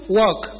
work